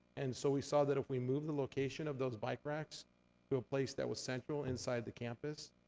and so we saw that if we moved the location of those bike racks to a place that was central inside the campus,